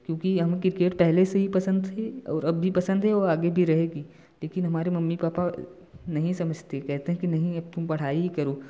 क्योंकि हमें क्रिकेट पहले से ही पसंद थी और अब भी पसंद है और आगे भी रहेगी लेकिन हमारे मम्मी पापा नहीं समझते कहते कि नहीं अब तुम पढ़ाई ही करो